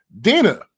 Dina